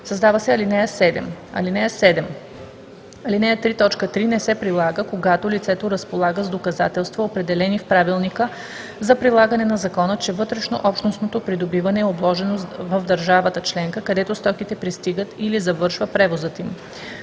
създава се ал. 7: „(7) Алинея 3, т. 3 не се прилага, когато лицето разполага с доказателства, определени в правилника за прилагане на закона, че вътреобщностното придобиване е обложено в държавата членка, където стоките пристигат или завършва превозът им.